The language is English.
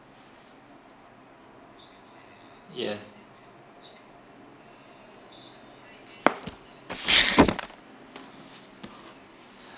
yes